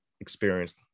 experienced